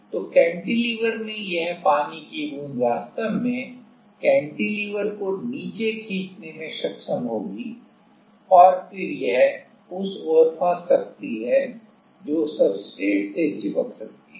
तो कैंटिलीवर में यह पानी की बूंद वास्तव में कैंटिलीवर को नीचे खींचने में सक्षम होगी और फिर यह उस ओर फंस सकती है जो सब्सट्रेट से चिपक सकती है